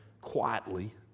quietly